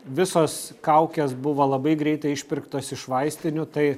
visos kaukės buvo labai greitai išpirktos iš vaistinių tai